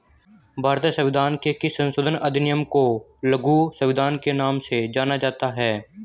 भारतीय संविधान के किस संशोधन अधिनियम को लघु संविधान के नाम से जाना जाता है?